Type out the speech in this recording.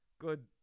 Good